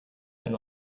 than